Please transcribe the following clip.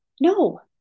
No